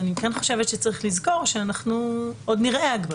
אני כן חושבת שצריך לזכור שאנחנו עוד נראה הגבלות.